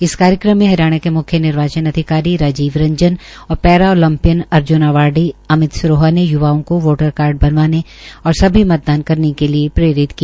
इस कार्यक्रम में हरियाणा के मुख्य निर्वाचन अधिकारी राजीव रंजन और para Olympian Arjuna awardee Amit Saroha ने य्वाओ को वोटर कार्ड बनवाने और सभी मतदान करने के लिए प्रेरित किया